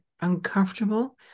uncomfortable